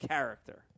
character